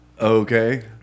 Okay